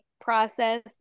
process